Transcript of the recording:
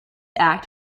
act